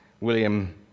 William